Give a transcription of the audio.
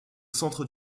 centre